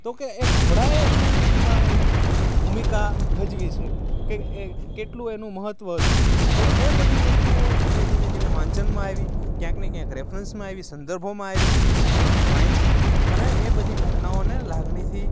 તો કહે એ ઘોડાએ શું યુદ્ધમાં એની ભૂમિકા ભજવી છે કે એ કેટલું એનું મહત્ત્વ હતું તો એ બધી વસ્તુઓ ધીમે ધીમે ધીમે વાંચનમાં આવી ક્યાંકને ક્યાંક રેફરન્સ આવી સંદર્ભોમાં આવી કે વાંચી અને એ બધી ઘટનાઓને લાગણીથી